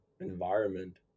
environment